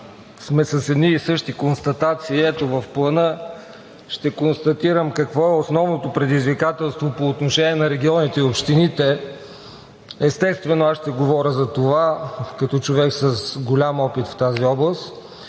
сме с едни и същи констатации. Ето в Плана ще констатирам какво е основното предизвикателство по отношение на регионите и общините. Естествено, аз ще говоря за това като човек с голям опит в тази област.